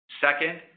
Second